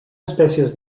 espècies